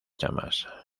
llamas